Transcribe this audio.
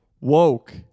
Woke